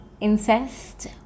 incest